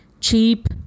cheap